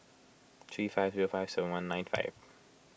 three five zero five seven one nine five